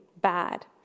bad